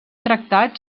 tractat